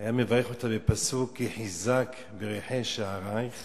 מברך אותה בפסוק: כי חיזק בריחי שערייך